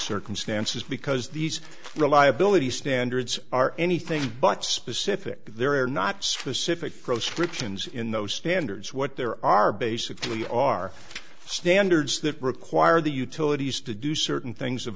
circumstances because these reliability standards are anything but specific there are not specific proscriptions in those standards what there are basically are standards that require the utilities to do certain things of